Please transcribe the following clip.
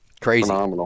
crazy